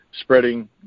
spreading